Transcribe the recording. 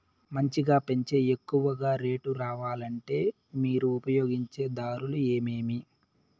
మంచిగా పెంచే ఎక్కువగా రేటు రావాలంటే మీరు ఉపయోగించే దారులు ఎమిమీ?